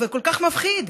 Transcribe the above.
וכל כך מפחיד,